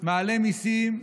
מעלה מיסים,